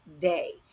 day